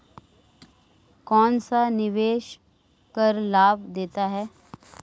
कौनसा निवेश कर लाभ देता है?